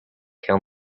kill